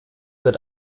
wird